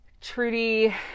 Trudy